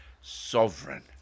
sovereign